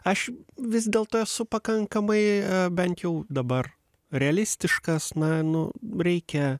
aš vis dėl to esu pakankamai bent jau dabar realistiškas na nu reikia